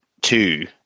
two